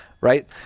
right